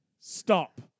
Stop